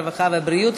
הרווחה והבריאות,